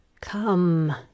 Come